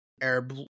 Arab